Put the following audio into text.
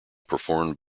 performed